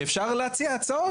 שאפשר להציע הצעות.